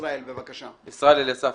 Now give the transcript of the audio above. ישראל אליסף,